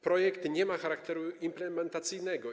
Projekt nie ma charakteru implementacyjnego.